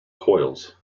coils